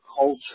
culture